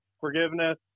forgiveness